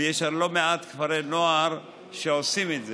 ויש לא מעט כפרי נוער שעושים את זה.